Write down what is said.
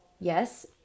yes